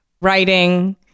writing